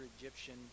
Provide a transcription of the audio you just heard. Egyptian